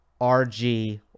RG